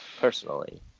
Personally